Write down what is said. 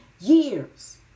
years